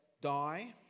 die